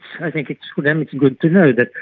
i think for them it's good to know that,